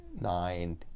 nine